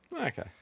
Okay